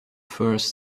first